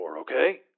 okay